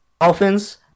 Dolphins